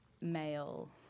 male